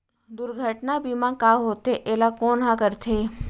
दुर्घटना बीमा का होथे, एला कोन ह करथे?